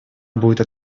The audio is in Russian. будет